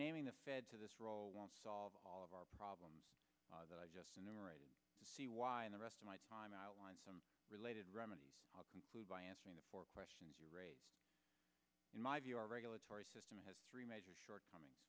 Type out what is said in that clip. naming the fed to this role won't solve all of our problems that i just see why in the rest of my time outline some related remedies conclude by answering the four questions you raise in my view our regulatory system has three major shortcomings